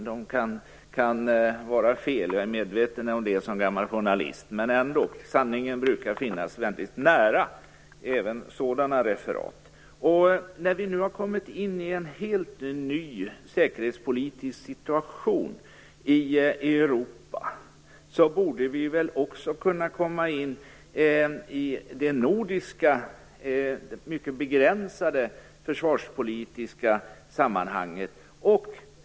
Som gammal journalist är jag medveten om att de kan vara felaktiga, men sanningen brukar ändå finnas väldigt nära även i sådana referat. När vi nu har kommit in i en helt ny säkerhetspolitisk situation i Europa borde vi väl också kunna komma in i ett nordiskt, mycket begränsat försvarspolitiskt samarbete.